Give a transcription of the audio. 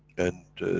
and.